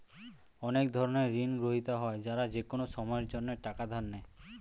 অনেক ধরনের ঋণগ্রহীতা হয় যারা যেকোনো সময়ের জন্যে টাকা ধার নেয়